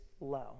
low